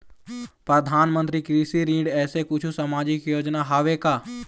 परधानमंतरी कृषि ऋण ऐसे कुछू सामाजिक योजना हावे का?